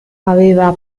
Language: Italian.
aveva